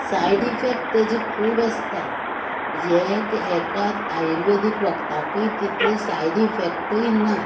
side effect ताजे खूब आसतात हें हाकाच आयुर्वेदीक वखदांकय तितली सायड इफॅक्टय नात